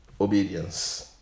obedience